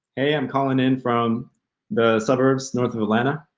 hey, i'm calling in from the suburbs north of atlanta.